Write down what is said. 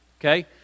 Okay